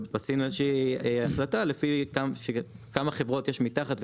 ועשינו איזושהי החלטה לפי כמה חברות יש מתחת,